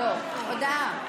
הודעה.